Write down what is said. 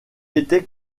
était